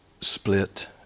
split